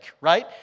right